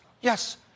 Yes